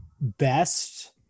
best